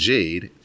Jade